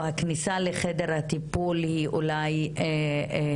שהכניסה לחדר הטיפול יש בה